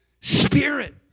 spirit